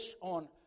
on